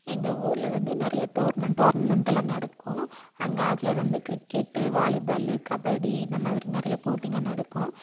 எங்கள் ஊரில் வந்து நிறைய டோர்மெண்ட் டோர்னமெண்டெல்லாம் நடக்கும் அங்கே அதில் வந்து கிரிக்கெட்டு வாலிபால்லு கபடி இந்த மாதிரி நிறைய போட்டிங்க நடக்கும்